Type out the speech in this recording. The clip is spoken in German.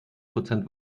prozent